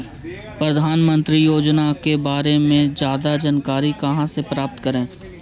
प्रधानमंत्री योजना के बारे में जादा जानकारी कहा से प्राप्त करे?